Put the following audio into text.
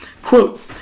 Quote